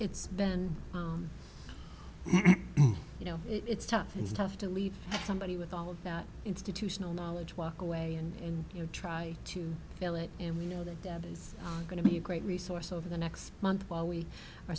it's been you know it's tough it's tough to leave somebody with all of that institutional knowledge walk away and you know try to fill it and we know that debt is going to be a great resource over the next month while we are